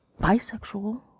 bisexual